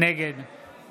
נגד